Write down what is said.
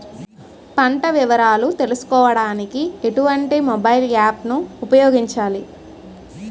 పంట వివరాలు తెలుసుకోడానికి ఎటువంటి మొబైల్ యాప్ ను ఉపయోగించాలి?